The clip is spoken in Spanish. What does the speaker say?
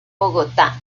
bogotá